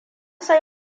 sai